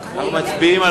מצביעים.